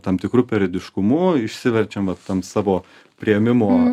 tam tikru periodiškumu išsiverčiam va tam savo priėmimo